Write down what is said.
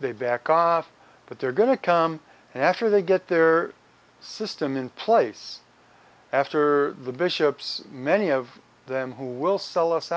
they back off but they're going to come after they get their system in place after the bishops many of them who will sell us